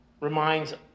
reminds